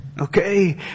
okay